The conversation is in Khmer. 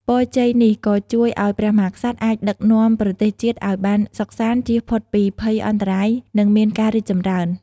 ពរជ័យនេះក៏ជួយឲ្យព្រះមហាក្សត្រអាចដឹកនាំប្រទេសជាតិឲ្យបានសុខសាន្ត ចៀសផុតពីភ័យអន្តរាយ និងមានការរីកចម្រើន។